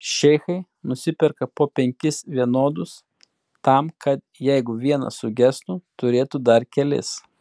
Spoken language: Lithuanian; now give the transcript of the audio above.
šeichai nusiperka po penkis vienodus tam kad jeigu vienas sugestų turėtų dar kelis